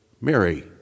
Mary